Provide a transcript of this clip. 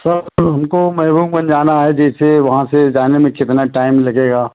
sir उनको महेरूमगंज जाना है जैसे वहाँ से जाने में कितना टाइम लगेगा